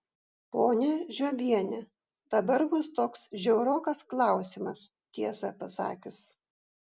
ponia žiobiene dabar bus toks žiaurokas klausimas tiesą pasakius